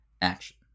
action